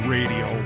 Radio